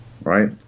right